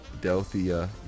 Delphia